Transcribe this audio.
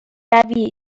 روی